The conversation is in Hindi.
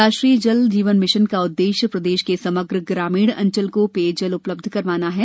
राष्ट्रीय जल जीवन मिशन का उद्देश्य प्रदेश के समग्र ग्रामीण अंचल को पेयजल उपलब्ध करवाना है